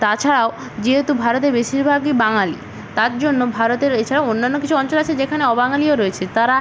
তাছাড়াও যেহেতু ভারতে বেশিরভাগই বাঙালি তার জন্য ভারতের এছাড়াও অন্যান্য কিছু অঞ্চল আছে যেখানে অবাঙালিও রয়েছে তারা